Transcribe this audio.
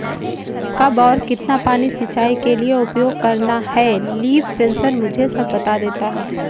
कब और कितना पानी सिंचाई के लिए उपयोग करना है लीफ सेंसर मुझे सब बता देता है